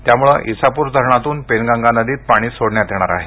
त्यामुळे ईसापूर धरणातून पेनगंगा नदीत पाणी सोडण्यात येणार आहे